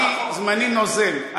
חבר'ה, זמני נוזל.